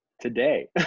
today